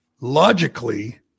logically